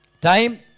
time